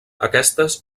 aquestes